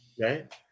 Right